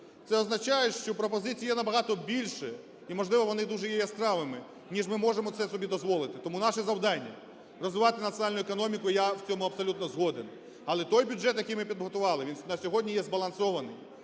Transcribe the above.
Це означає, що пропозицій є на багато більше і, можливо, вони дуже є яскравими, ніж ми можемо це собі дозволити. Тому наше завдання – розвивати національну економіку, я в цьому абсолютно згоден. Але той бюджет, який ми підготували, він на сьогодні є збалансований.